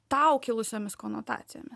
tau kilusiomis konotacijomis